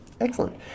Excellent